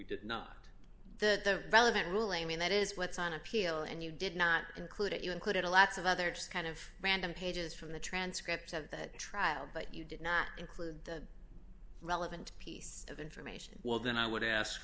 we did not the relevant ruling mean that is what's on appeal and you did not include it you included a lack of other just kind of random pages from the transcript of that trial but you did not include the relevant piece of information well then i would ask